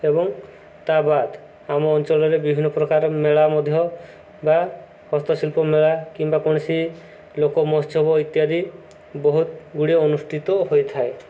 ଏବଂ ତା' ବାଦ ଆମ ଅଞ୍ଚଳରେ ବିଭିନ୍ନ ପ୍ରକାର ମେଳା ମଧ୍ୟ ବା ହସ୍ତଶିଳ୍ପ ମେଳା କିମ୍ବା କୌଣସି ଲୋକ ମହୋତ୍ସବ ଇତ୍ୟାଦି ବହୁତ ଗୁଡ଼ିଏ ଅନୁଷ୍ଠିତ ହୋଇଥାଏ